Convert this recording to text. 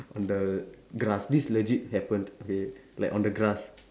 on the grass this legit happened okay like on the grass